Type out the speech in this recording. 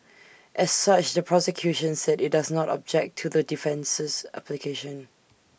as such the prosecution said IT does not object to the defences application